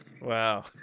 Wow